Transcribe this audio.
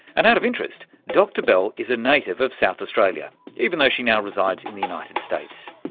and out of interest, dr bell is a native of south australia even though she now resides in the united states.